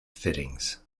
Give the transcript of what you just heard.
fittings